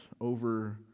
over